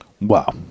Wow